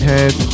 Head